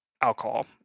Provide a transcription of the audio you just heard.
alcohol